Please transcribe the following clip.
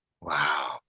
Wow